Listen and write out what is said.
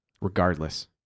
Regardless